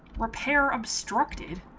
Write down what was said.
repair of strategic